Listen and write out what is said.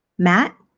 matt.